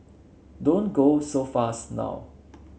don't go so fast now